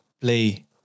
play